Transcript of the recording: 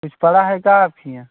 कुछ पड़ा है क्या आपके यहाँ